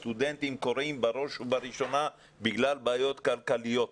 הסטודנטים כורעים בראש ובראשונה בגלל בעיות כלכליות.